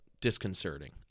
disconcerting